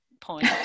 point